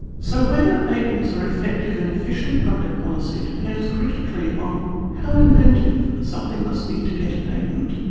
so whether patents are effective and efficient public policy depends critically on how inventive something must be to get a patent.